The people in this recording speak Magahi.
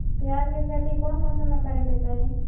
प्याज के खेती कौन मौसम में करे के चाही?